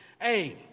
hey